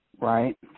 Right